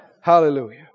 Hallelujah